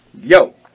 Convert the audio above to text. Yo